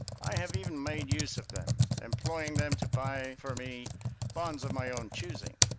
i have even made use of them, employed them to buy for me bonds of my own choosing.